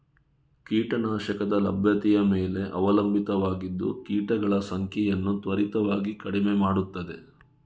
ಕೀಟ ನಾಶಕದ ಲಭ್ಯತೆಯ ಮೇಲೆ ಅವಲಂಬಿತವಾಗಿದ್ದು ಕೀಟಗಳ ಸಂಖ್ಯೆಯನ್ನು ತ್ವರಿತವಾಗಿ ಕಡಿಮೆ ಮಾಡುತ್ತದೆ